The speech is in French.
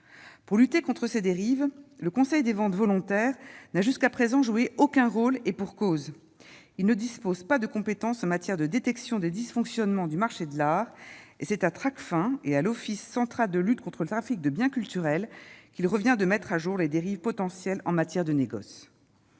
pour lutter contre ces dérives, le Conseil des ventes volontaires n'a jusqu'à présent joué aucun rôle, et pour cause, il ne dispose pas de compétences en matière de détection des dysfonctionnements du marché de l'art et c'est à Tracfin et à l'Office central de lutte contre le trafic de biens culturels qu'il revient de mettre à jour les dérives potentielles en matière de négoce,